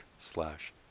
slash